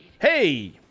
Hey